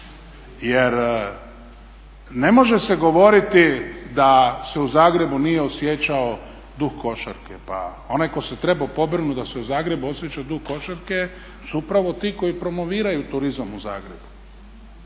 Jer ne može se govoriti da se u Zagrebu nije osjećao duh košarke. Pa onaj tko se trebao pobrinuti da se u Zagrebu osjeća duh košarke su upravo ti koji promoviraju turizam u Zagrebu.